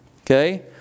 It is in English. Okay